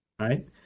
Right